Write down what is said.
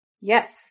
Yes